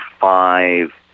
five